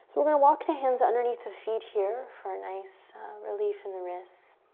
so we're gonna walk the hands underneath the feet here for a nice relief in the wrists.